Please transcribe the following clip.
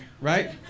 right